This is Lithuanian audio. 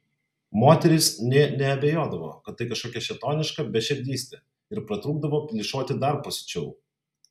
moterys nė neabejodavo kad tai kažkokia šėtoniška beširdystė ir pratrūkdavo plyšoti dar pasiučiau